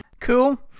Cool